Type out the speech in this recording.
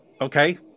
okay